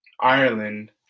Ireland